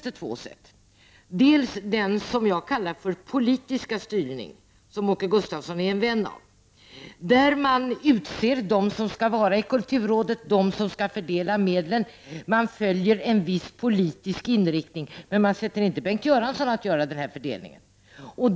Det ena sättet, som jag kallar för den politiska styrningen, och som Åke Gustavsson är en vän av, innebär att man från regering och riksdag utser de som skall sitta i kulturrådet, de som skall fördela medlen, och att man följer en viss politisk inriktning, men man låter inte Bengt Göransson göra denna fördelning.